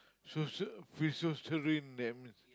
so uh free souls to rim then